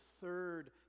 third